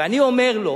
ואני אומר לו,